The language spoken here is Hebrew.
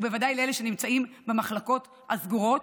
ובוודאי לאלה שנמצאים במחלקות הסגורות.